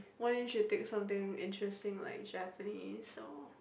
why didn't you take something interesting like Japanese or